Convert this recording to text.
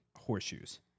Horseshoes